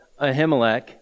Ahimelech